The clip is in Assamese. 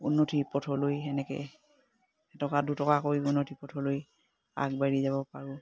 উন্নতি পথলৈ সেনেকে এটকা দুটকা কৰি উন্নতি পথলৈ আগবাঢ়ি যাব পাৰোঁ